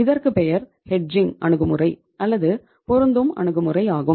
இதற்கு பெயர் ஹெட்ஜிங் அணுகுமுறை அல்லது பொருந்தும் அணுகுமுறை ஆகும்